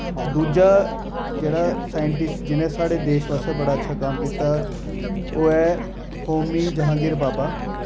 दूजा जेह्ड़ा साइंटिस्ट जिनें साढ़े देश आस्तै बड़ा अच्छा कम्म कीता ओह् ऐ होमी जहांगीर बाबा